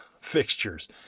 fixtures